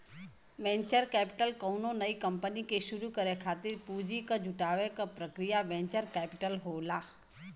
venture capital कउनो नई company के शुरू करे खातिर पूंजी क जुटावे क प्रक्रिया वेंचर कैपिटल होला